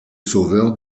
sauveur